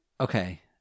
Okay